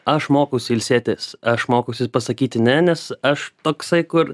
aš mokausi ilsėtis aš mokausi pasakyti ne nes aš toksai kur